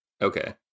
Okay